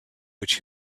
which